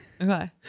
Okay